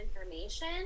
information